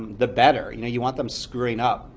the better. you know you want them screwing up,